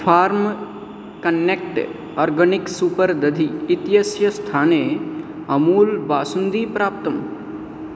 form connect organic super दधिः इत्यस्य स्थाने अमूल् बासुन्दी प्राप्तम्